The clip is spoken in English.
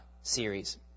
series